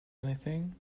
anything